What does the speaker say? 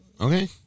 Okay